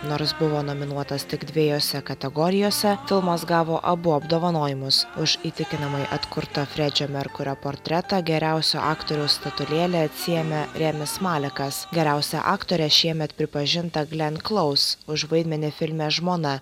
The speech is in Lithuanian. nors buvo nominuotas tik dviejose kategorijose filmas gavo abu apdovanojimus už įtikinamai atkurtą fredžio merkurio portretą geriausio aktoriaus statulėlę atsiėmė remis malekas geriausia aktore šiemet pripažinta glen klous už vaidmenį filme žmona